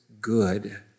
good